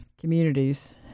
communities